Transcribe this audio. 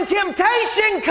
temptation